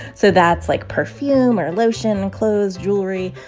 so that's, like, perfume or lotion, clothes, jewelry.